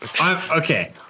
Okay